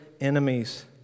enemies